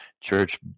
church